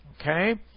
Okay